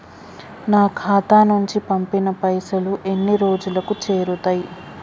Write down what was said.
నా ఖాతా నుంచి పంపిన పైసలు ఎన్ని రోజులకు చేరుతయ్?